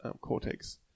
cortex